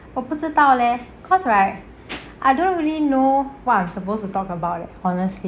我不知道 leh cause right I don't really know what I'm supposed to talk like about honestly